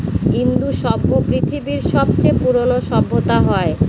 ইন্দু সভ্য পৃথিবীর সবচেয়ে পুরোনো সভ্যতা হয়